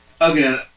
again